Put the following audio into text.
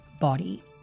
body